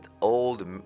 old